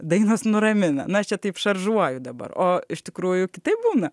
dainos nuramina na aš čia taip šaržuoju dabar o iš tikrųjų kitaip būna